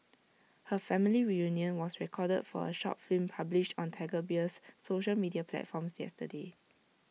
her family reunion was recorded for A short film published on Tiger Beer's social media platforms yesterday